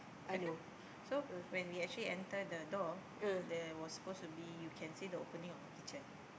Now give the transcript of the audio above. okay lor so when we actually enter the door there was supposed to be you can see the opening our kitchen